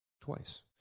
twice